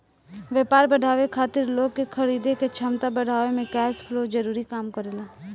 व्यापार बढ़ावे खातिर लोग के खरीदे के क्षमता बढ़ावे में कैश फ्लो जरूरी काम करेला